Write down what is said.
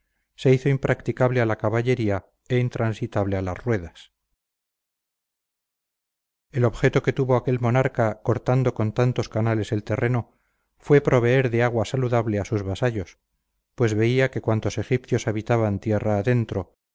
se hizo impracticable a la caballería e intransitable a las ruedas el objeto que tuvo aquel monarca cortando con tantos canales el terreno fue proveer de agua saludable a sus vasallos pues veía que cuantos egipcios habitaban tierra adentro